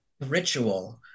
ritual